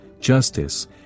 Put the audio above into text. justice